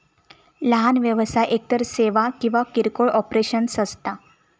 लहान व्यवसाय एकतर सेवा किंवा किरकोळ ऑपरेशन्स असता